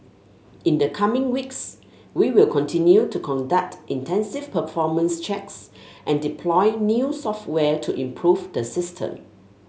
in the coming weeks we will continue to conduct intensive performance checks and deploy new software to improve the system